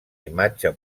imatge